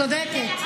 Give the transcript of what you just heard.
צודקת.